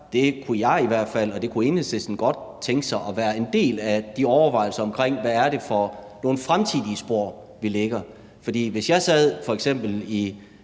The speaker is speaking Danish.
Jeg kunne i hvert fald og Enhedslisten kunne godt tænke sig at være en del af de overvejelser om, hvad det er for nogle fremtidige spor, vi lægger. For hvis jeg sad f.eks. i